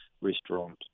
restaurant